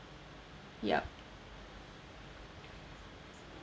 yup